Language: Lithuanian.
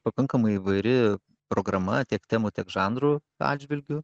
pakankamai įvairi programa tiek temų tiek žanrų atžvilgiu